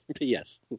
yes